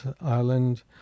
Island